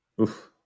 Oof